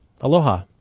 Aloha